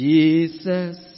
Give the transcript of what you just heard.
Jesus